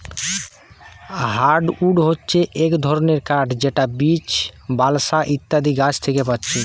hardwood হচ্ছে এক ধরণের কাঠ যেটা বীচ, বালসা ইত্যাদি গাছ থিকে পাচ্ছি